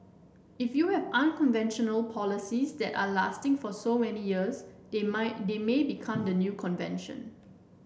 if you have unconventional policies that are lasting for so many years they might they may become the new convention